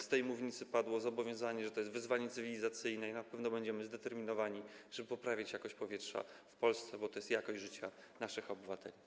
Z tej mównicy padło zobowiązanie, że to jest wyzwanie cywilizacyjne, i na pewno będziemy zdeterminowani, żeby poprawiać jakość powietrza w Polsce, bo to jest jakość życia naszych obywateli.